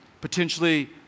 potentially